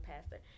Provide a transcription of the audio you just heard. pastor